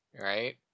Right